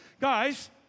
guys